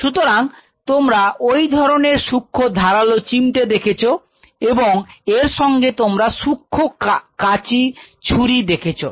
সুতরাং তোমরা এই ধরনের সূক্ষ্ম ধারালো চিমটে দেখেছ এবং এর সঙ্গে তোমরা সূক্ষ্ম কাচি ছুরি দেখেছো